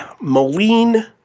Moline